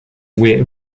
were